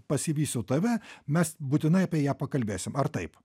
pasivysiu tave mes būtinai apie ją pakalbėsim ar taip